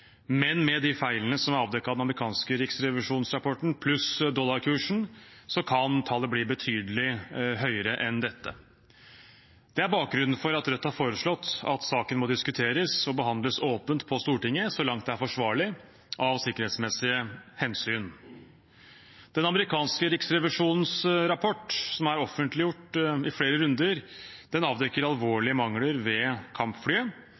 men med de feilene som er avdekket i den amerikanske riksrevisjonsrapporten, pluss dollarkursen, kan tallet bli betydelig større enn dette. Det er bakgrunnen for at Rødt har foreslått at saken må diskuteres og behandles åpent på Stortinget så langt det er forsvarlig av sikkerhetsmessige hensyn. Den amerikanske riksrevisjonens rapport, som er offentliggjort i flere runder, avdekker alvorlige mangler ved kampflyet